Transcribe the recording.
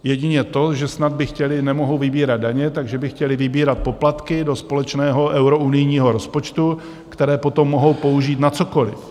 Jedině to, že nemohou vybírat daně, takže by chtěli vybírat poplatky do společného eurounijního rozpočtu, které potom mohou použít na cokoliv.